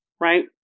Right